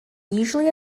usually